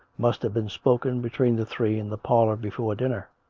must have been spoken between the three in the parlour before dinner